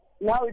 now